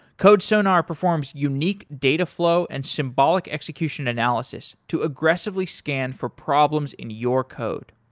codesonar performs unique data flow and symbolic execution analysis to aggressively scan for problems in your code.